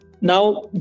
Now